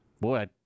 Boy